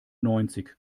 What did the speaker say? neunzig